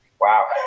wow